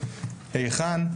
היכן,